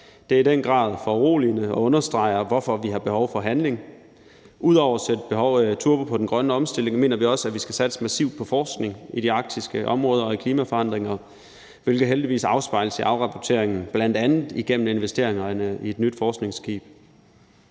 Det er i den grad foruroligende og understreger, hvorfor vi har behov for handling. Ud over at sætte turbo på den grønne omstilling mener vi også, at vi skal satse massivt på forskning i de arktiske områder, også i klimaforandringerne, hvilket heldigvis afspejles i afrapporteringen, bl.a. igennem investeringerne i et nyt forskningsskib.